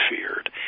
feared